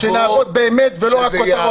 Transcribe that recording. הגיע הזמן שנעבוד באמת ולא רק כותרות.